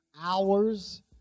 hours